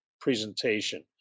presentation